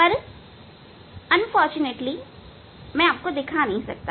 पर दुर्भाग्यवश मैं आपको दिखा नहीं सकता